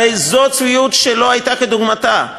הרי זאת צביעות שלא הייתה כדוגמתה.